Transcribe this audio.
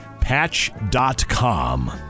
Patch.com